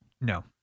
No